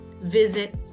visit